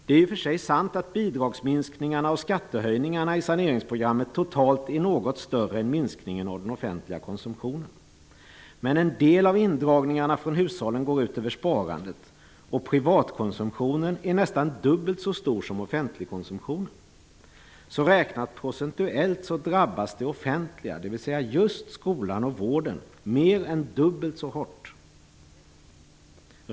Det är i och för sig sant att bidragsminskningarna och skattehöjningarna i saneringsprogrammet totalt är något större än minskningen av den offentliga konsumtionen. Men en del av indragningarna från hushållen går ut över sparandet, och privatkonsumtionen är nästan dubbelt så stor som offentligkonsumtionen. Procentuellt räknat drabbas det offentliga, dvs. just skolan och vården, mer än dubbelt så hårt.